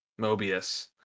Mobius